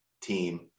team